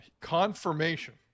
Confirmation